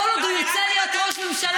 כל עוד הוא ירצה להיות ראש ממשלה,